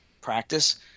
practice